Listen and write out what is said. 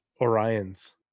orions